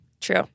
True